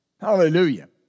Hallelujah